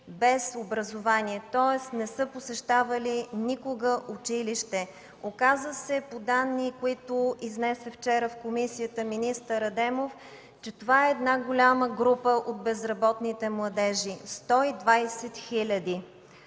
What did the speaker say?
без образование, тоест не са посещавали никога училище. Оказа се по данни, които изнесе вчера в комисията министър Адемов, че това е голяма група от безработните младежи – 120